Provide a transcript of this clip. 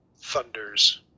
thunders